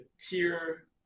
tier